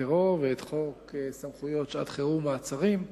טרור ואת חוק סמכויות שעת חירום (מעצרים),